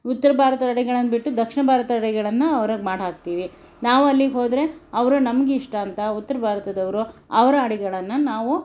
ಉತ್ತರ ಭಾರತದಡುಗೆಗಳನ್ನು ಬಿಟ್ಟು ದಕ್ಷಿಣ ಭಾರತದಡುಗೆಗಳನ್ನು ಅವ್ರಿಗೆ ಮಾಡಾಕ್ತೀವಿ ನಾವು ಅಲ್ಲಿಗೆ ಹೋದರೆ ಅವರು ನಮಗಿಷ್ಟ ಅಂತ ಉತ್ತರ ಬಾರತದವರು ಅವರ ಅಡುಗೆಗಳನ್ನು ನಾವು